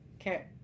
okay